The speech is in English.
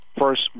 First